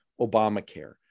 Obamacare